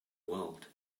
world